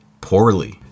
poorly